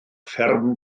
fferm